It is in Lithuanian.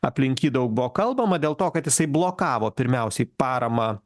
aplink jį daug buvo kalbama dėl to kad jisai blokavo pirmiausiai paramą